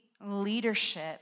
leadership